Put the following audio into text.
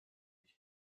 ich